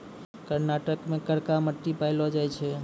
कर्नाटको मे करका मट्टी पायलो जाय छै